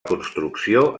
construcció